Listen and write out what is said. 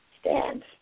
Stand